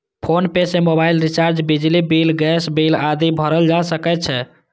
PhonePe सं mobile recharge, बिजली bill, gas bill आदि भरल जा सकै छै